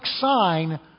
sign